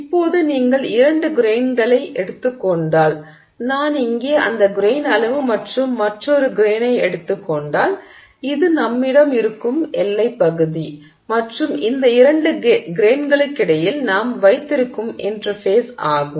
இப்போது நீங்கள் இரண்டு கிரெய்ன்கள் எடுத்துக் கொண்டால் நான் இங்கே அந்த கிரெய்ன் அளவு மற்றும் மற்றொரு கிரெய்னை எடுத்துக் கொண்டால் இது நம்மிடம் இருக்கும் எல்லைப் பகுதி மற்றும் இந்த இரண்டு கிரெய்ன்களுக்கிடையில் நாம் வைத்திருக்கும் இன்டெர்ஃபேஸ் ஆகும்